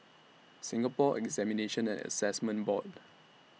Singapore Examinations and Assessment Board